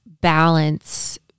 balance